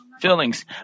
feelings